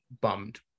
bummed